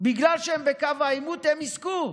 בגלל שהם בקו העימות הם יזכו.